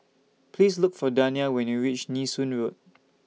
Please Look For Dania when YOU REACH Nee Soon Road